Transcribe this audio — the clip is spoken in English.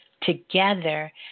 together